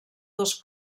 dos